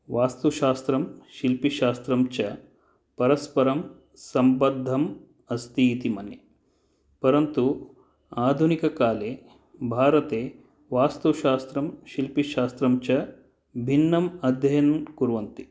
वास्तुशास्त्रं शिल्पशास्त्रं च परस्परं सम्बद्धम् अस्ति इति मन्ये परन्तु आधुनिककाले भारते वस्तुशात्रं शिल्पशास्त्रं च भिन्नं अध्ययनं कुर्वन्ति